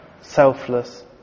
Selfless